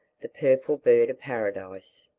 the purple bird-of-paradise!